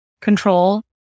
control